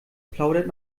plaudert